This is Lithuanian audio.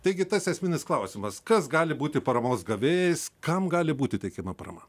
taigi tas esminis klausimas kas gali būti paramos gavėjais kam gali būti teikiama parama